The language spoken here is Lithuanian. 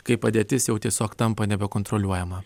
kai padėtis jau tiesiog tampa nebekontroliuojama